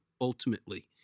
ultimately